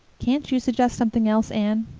can't you suggest something else, anne?